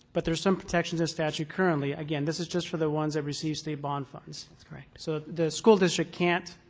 but there are some protections in statute currently. again this is just for the ones that receive state bond funds. so the school district can't